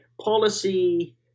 policy